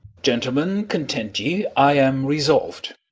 gentlemen, content ye i am resolv'd.